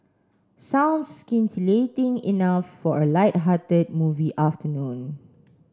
sounds scintillating enough for a lighthearted movie afternoon